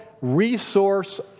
resource